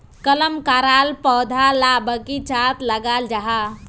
कलम कराल पौधा ला बगिचात लगाल जाहा